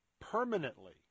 permanently